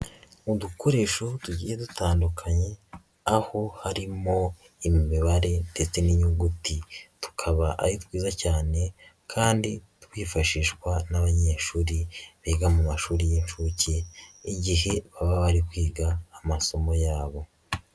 Udukoresho tugiye dutandukanye aho harimo imibare ndetse n'inyuguti, tukaba ari twiza cyane kandi twifashishwa n'abanyeshuri biga mu mashuri y'inshuke, igihe baba bari kwiga amasomo yabo.